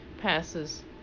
passes